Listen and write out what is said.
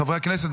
חברי הכנסת,